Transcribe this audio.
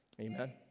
Amen